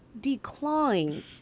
decline